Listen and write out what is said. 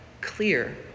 clear